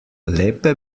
lepe